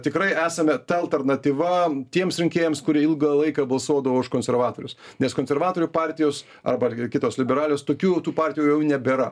tikrai esame ta alternatyva tiems rinkėjams kurie ilgą laiką balsuodavo už konservatorius nes konservatorių partijos arba kitos liberalios tokių jau tų partijų jau nebėra